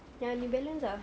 yang New Balance ah